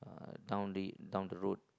uh down the down the road